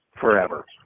forever